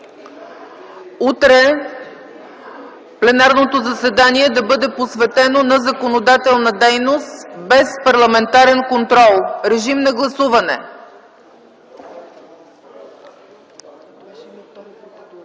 утре пленарното заседание да бъде посветено на законодателна дейност, без парламентарен контрол. (Думата иска